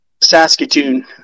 Saskatoon